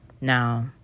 Now